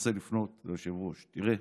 רוצה לפנות ליושב-ראש: תראה,